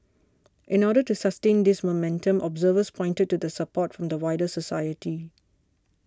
in order to sustain this momentum observers pointed to the support from the wider society